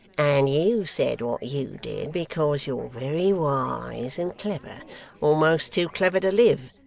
and you said what you did because you're very wise and clever almost too clever to live,